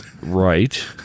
Right